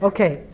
Okay